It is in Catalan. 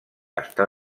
està